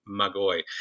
magoi